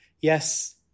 yes